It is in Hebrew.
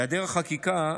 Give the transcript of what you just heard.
בהיעדר החקיקה,